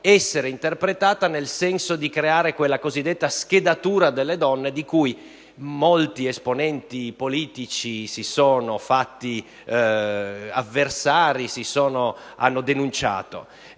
essere interpretata nel senso di creare quella cosiddetta schedatura delle donne di cui molti esponenti politici si sono fatti avversari ed hanno denunciato.